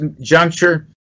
juncture